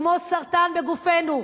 כמו סרטן בגופנו.